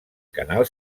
canal